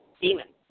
demons